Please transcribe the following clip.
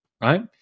right